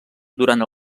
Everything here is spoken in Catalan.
durant